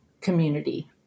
community